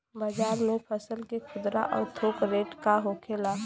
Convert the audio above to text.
बाजार में फसल के खुदरा और थोक रेट का होखेला?